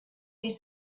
his